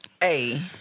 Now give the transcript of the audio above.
Hey